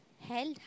held